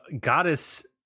goddess